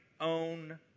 own